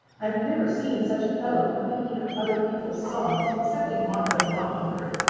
i've never seen such a fellow for picking up other people's songs excepting mocker the mockingbird.